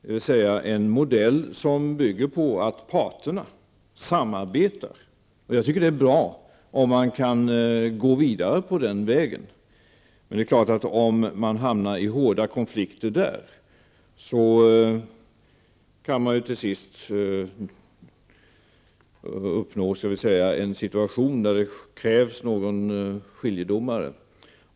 Det är en modell som bygger på att parterna samarbetar, och jag tycker att det är bra om man kan gå vidare på den vägen. Om man i samband med detta hamnar i hårda konflikter, kan det förstås till sist uppstå en situation där det krävs en skiljedomare.